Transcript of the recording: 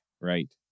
right